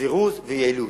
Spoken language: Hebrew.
זירוז ויעילות.